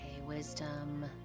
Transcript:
wisdom